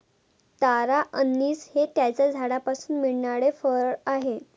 तारा anise हे त्याच्या झाडापासून मिळणारे फळ आहे